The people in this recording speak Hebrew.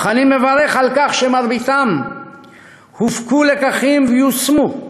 אך אני מברך על כך שבמרביתם הופקו לקחים ויושמו: